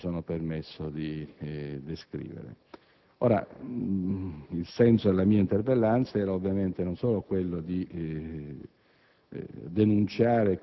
ha le caratteristiche che mi sono permesso di descrivere. Il senso della mia interpellanza è ovviamente non solo quello di